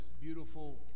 beautiful